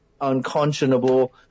unconscionable